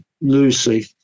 Lucy